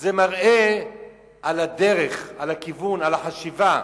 זה מראה על הדרך, על הכיוון, על החשיבה.